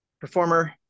performer